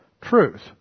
truth